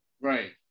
Right